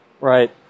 Right